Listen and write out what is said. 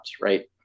right